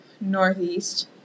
Northeast